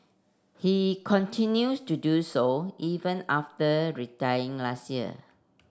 he continues to do so even after retiring last year